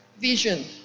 Vision